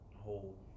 whole